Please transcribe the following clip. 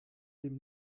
dem